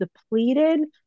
depleted